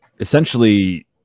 essentially